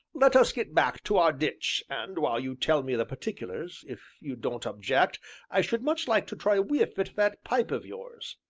let us get back to our ditch, and, while you tell me the particulars, if you don't object i should much like to try a whiff at that pipe of yours.